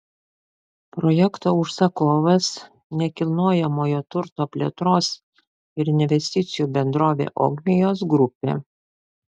projekto užsakovas nekilnojamojo turto plėtros ir investicijų bendrovė ogmios grupė